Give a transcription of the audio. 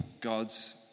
God's